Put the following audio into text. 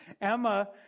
Emma